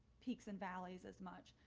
peaks and valleys as much.